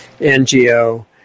NGO